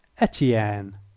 Etienne